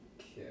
Okay